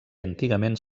antigament